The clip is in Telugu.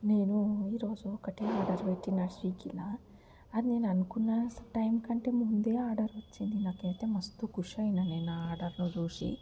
నేను ఈరోజు ఒకటే ఆర్డర్ పెట్టిన స్విగ్గీలో అది నేను అనుకున్నా టైం కంటే ముందే ఆర్డర్ వచ్చింది నాకైతే మస్త్ కుష్ అయినా నేను ఆర్డర్నీ చూసి